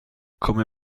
come